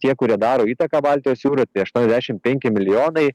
tie kurie daro įtaką baltijos jūrai tai aštuoniasdešimt penki milijonai